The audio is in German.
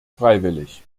freiwillig